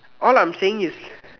all I'm saying is